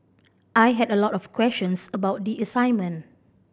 I had a lot of questions about the assignment